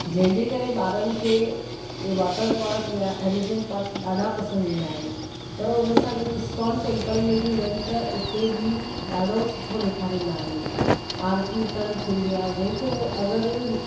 जंहिंजे करे ॿारनि खे वॉटर पार्क या एम्यूज़मेंट पार्क ॾाढा पसंदि ईंदा आहिनि पर उन सां गॾु इस्कोन टेम्पल में बि वञ त उते बि ॾाढो सुठो ॾेखारींदा आहिनि आरिती हुतां जी थींदी आहे जंहिंखें अगरि